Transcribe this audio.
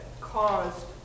caused